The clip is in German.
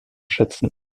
schätzen